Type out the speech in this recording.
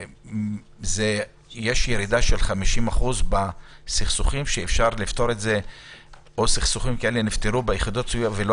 יש ירידה של 50% בסכסוכים שנפתרו ביחידות הסיוע ולא